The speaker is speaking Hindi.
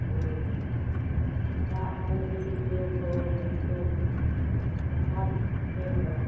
हाँ अब का है जो भी लोग हो उसको साथ बोते हैं